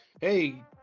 Hey